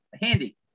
Handy